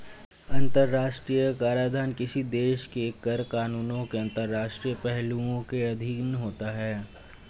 अंतर्राष्ट्रीय कराधान किसी देश के कर कानूनों के अंतर्राष्ट्रीय पहलुओं के अधीन होता है